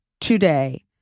today